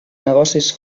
negocis